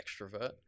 extrovert